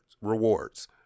rewards